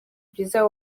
byiza